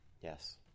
Yes